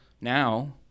now